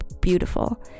beautiful